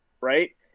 right